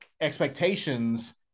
expectations